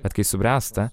bet kai subręsta